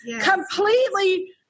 completely